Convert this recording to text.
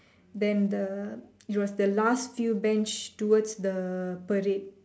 then the it was the last few bench towards the Parade